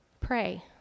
pray